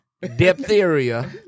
diphtheria